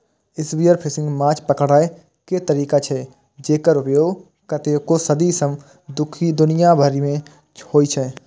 spearfishing माछ पकड़ै के तरीका छियै, जेकर उपयोग कतेको सदी सं दुनिया भरि मे होइ छै